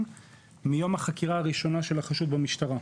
מיום החקירה הראשונה של החשוד במשטרה,